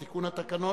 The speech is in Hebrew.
בתיקון התקנון,